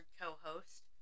co-host